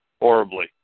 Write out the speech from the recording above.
horribly